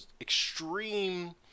extreme